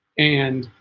and